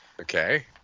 Okay